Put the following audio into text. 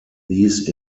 these